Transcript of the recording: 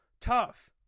tough